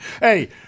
hey